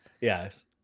Yes